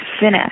finish